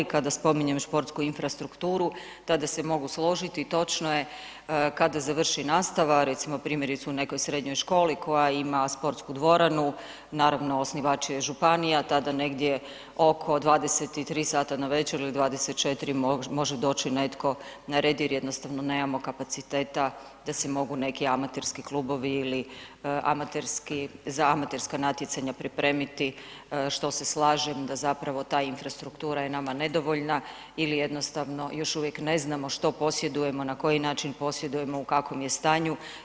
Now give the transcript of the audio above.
Kada spominjem športsku infrastrukturu tada se mogu složiti i točno je kada završi nastava, recimo primjerice u nekoj srednjoj školi koja ima sportsku dvoranu, naravno osnivač je županija, tada negdje oko 23h navečer ili 24 može doći netko na red jer jednostavno nemamo kapaciteta da si mogu neki amaterski klubovi ili za amaterska natjecanja pripremiti što se slažem da ta infrastruktura je nama nedovoljna ili jednostavno još uvijek ne znamo što posjedujemo, na koji način posjedujemo, u kakvom je stanju.